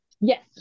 Yes